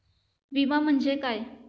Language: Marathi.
विमा म्हणजे काय?